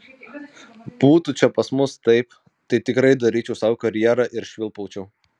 būtų čia pas mus taip tai tikrai daryčiau sau karjerą ir švilpaučiau